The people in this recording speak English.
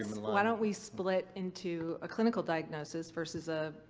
why don't we split into a clinical diagnosis versus a